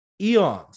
eons